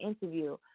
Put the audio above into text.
interview